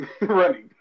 Running